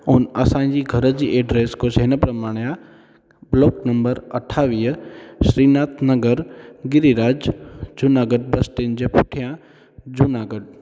ऐं असांजे घर जी एड्रेस कुझु हिन प्रमाणे आहे ब्लॉक नम्बर अठावीह श्रीनाथ नगर गिरिराज जूनागढ़ बस्तियुनि जे पुठियां जूनागढ़